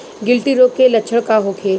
गिल्टी रोग के लक्षण का होखे?